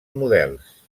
models